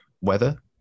weather